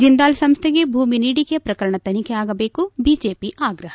ಜಿಂದಾಲ್ ಸಂಸ್ಥೆಗೆ ಭೂಮಿ ನೀಡಿಕೆ ಪ್ರಕರಣ ತನಿಖೆ ಆಗಬೇಕು ಬಿಜೆಪಿ ಆಗ್ರಹ